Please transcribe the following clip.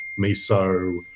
miso